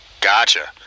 gotcha